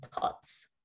thoughts